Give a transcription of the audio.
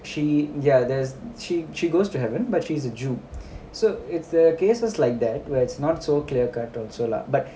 she ya there's she she goes to heaven but she's a jew so it's uh cases like that where it's not so clear cut also lah but